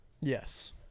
Yes